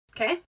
okay